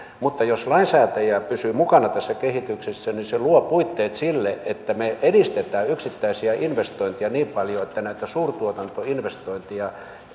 mutta jos lainsäätäjä pysyy mukana tässä kehityksessä niin se luo puitteet sille että me edistämme yksittäisiä investointeja niin paljon että näitä suurtuotantoinvestointeja